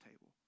table